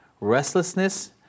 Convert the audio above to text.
restlessness